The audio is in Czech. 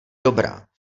dobrá